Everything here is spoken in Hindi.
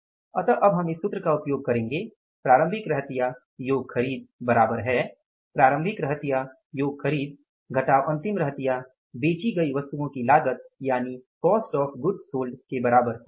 इसलिए हम इस सूत्र का उपयोग करेंगे प्रारंभिक रहतिया योग खरीद बराबर है प्रारंभिक रहतिया योग खरीद घटाव अंतिम रहतिया बेची गई वस्तुओं की लागत के बराबर होती है